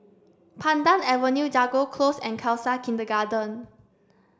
Pandan Avenue Jago Close and Khalsa Kindergarten